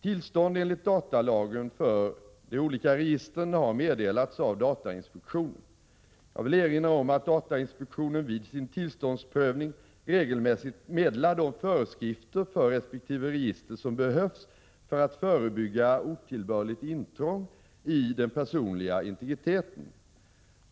Tillstånd enligt datalagen för de olika registren har meddelats av datainspektionen. Jag vill erinra om att datainspektionen vid sin tillståndsprövning regelmässigt meddelar de föreskrifter för resp. register som behövs för att förebygga otillbörligt intrång i den personliga integriteten.